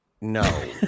No